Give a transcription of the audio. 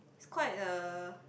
is quite a